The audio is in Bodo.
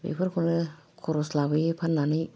बेफोरखौनो खरस लाबोयो फान्नानै